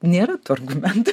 nėra tų argumentų